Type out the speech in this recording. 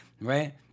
Right